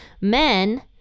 men